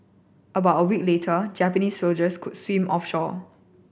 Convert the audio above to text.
about a week later Japanese soldiers could swim